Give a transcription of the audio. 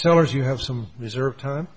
sellars you have some reserve time